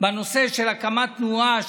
בנושא של הקמת תנועה,